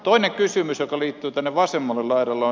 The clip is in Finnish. toinen kysymys joka liittyy tänne vasemmalle laidalle